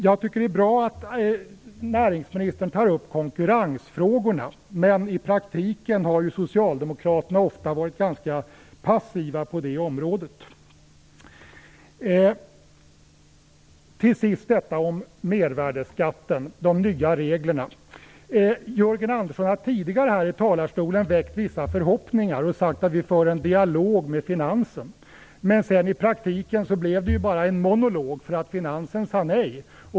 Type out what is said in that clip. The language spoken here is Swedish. Jag tycker att det är bra att näringsministern tar upp konkurrensfrågorna, men i praktiken har ju Socialdemokraterna ofta varit ganska passiva på det området. Till sist vill jag ta upp detta om mervärdesskatten och de nya reglerna. Jörgen Andersson har tidigare här i talarstolen väckt vissa förhoppningar och sagt att man för en dialog med finansen. Men i praktiken blev det bara en monolog, därför att finansen sade nej.